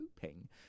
hoping